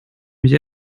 mich